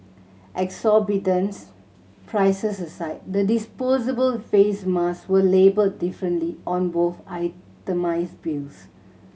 exorbitant prices aside the disposable face mask were labelled differently on both itemised bills